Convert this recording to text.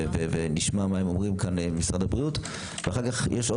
ונשמע מה הם אומרים משרד הבריאות ואז יש עוד